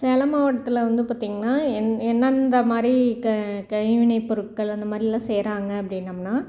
சேலம் மாவட்டத்தில் வந்து பார்த்தீங்கன்னா என் எந்தெந்த மாதிரி க கைவினை பொருட்கள் அந்த மாதிரிலாம் செய்கிறாங்க அப்படின்னம்னா